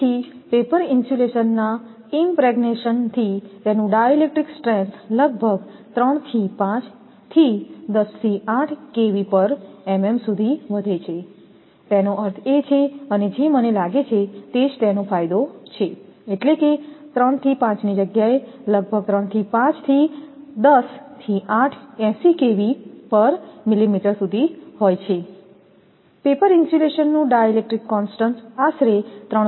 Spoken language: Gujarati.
તેથી પેપર ઇન્સ્યુલેશનના ઈમપ્રેગ્નેશન થી તેનું ડાઇલેક્ટ્રિક સ્ટ્રેન્થ લગભગ 3 5 થી 10 80 સુધી વધે છે તેનો અર્થ એ છે અને જે મને લાગે છે તે જ તેનો ફાયદો છે એટલે કે 3 5 ની જગ્યાએ લગભગ 3 5 થી 10 80 સુધી હોય છે પેપર ઇન્સ્યુલેશનનું ડાઇલેક્ટ્રિક કોનસ્ટંટ આશરે 3